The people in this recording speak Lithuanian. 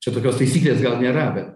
čia tokios taisyklės gal nėra bet